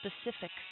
specifics